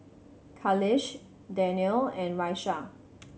Khalish Danial and Raisya